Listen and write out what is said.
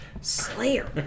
Slayer